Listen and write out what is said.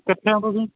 ਕਿੱਥੇ ਓ ਤੁਸੀਂ